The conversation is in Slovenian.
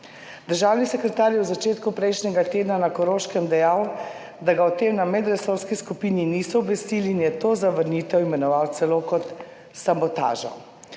Državni sekretar je v začetku prejšnjega tedna na Koroškem dejal, da ga o tem na medresorski skupini niso obvestili, in je to zavrnitev imenoval celo kot sabotažo.